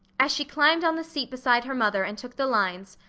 as she climbed on the seat beside her mother and took the lines,